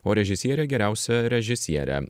o režisierė geriausia režisiere